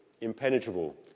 impenetrable